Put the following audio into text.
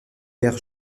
faire